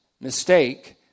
mistake